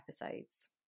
episodes